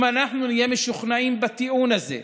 אם אנחנו נהיה משוכנעים בטיעון הזה,